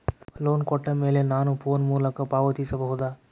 Loan ಕೊಟ್ಟ ಮೇಲೆ ನಾನು ಫೋನ್ ಮೂಲಕ ಪಾವತಿಸಬಹುದಾ?